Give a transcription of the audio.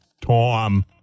Tom